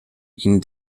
ihn